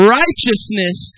righteousness